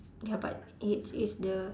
ya but it's it's the